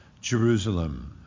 Jerusalem